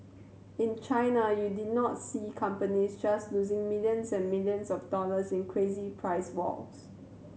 in China you did not see companies just losing millions and millions of dollars in crazy price wars